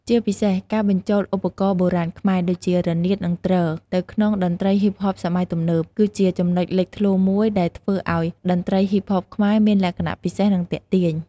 ជាពិសេសការបញ្ចូល ឧបករណ៍បុរាណខ្មែរ ដូចជា រនាត និង ទ្រ ទៅក្នុងតន្ត្រីហ៊ីបហបសម័យទំនើប គឺជាចំណុចលេចធ្លោមួយដែលធ្វើឱ្យតន្ត្រីហ៊ីបហបខ្មែរមានលក្ខណៈពិសេស និងទាក់ទាញ។